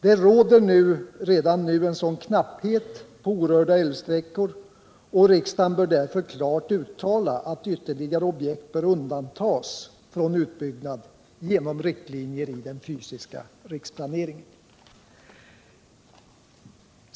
Det råder redan nu knapphet på orörda älvsträckor, och riksdagen bör därför klart uttala att ytterligare objekt bör undantas från utbyggnad genom riktlinjer i den fysiska riksplaneringen.